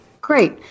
Great